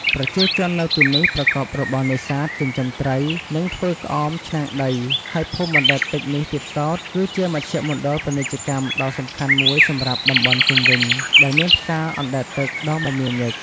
ប្រជាជននៅទីនេះប្រកបរបរនេសាទ ចិញ្ចឹមត្រី និងធ្វើក្អមឆ្នាំងដី ហើយភូមិបណ្ដែតទឹកនេះទៀតសោត គឺជាមជ្ឈមណ្ឌលពាណិជ្ជកម្មដ៏សំខាន់មួយសម្រាប់តំបន់ជុំវិញ ដែលមានផ្សារអណ្ដែតទឹកដ៏មមាញឹក។